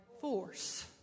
force